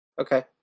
Okay